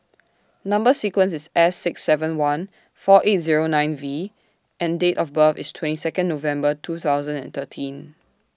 Number sequence IS S six seven one four eight Zero nine V and Date of birth IS twenty Second November two thousand and thirteen